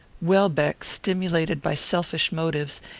welbeck, stimulated by selfish motives,